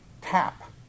Tap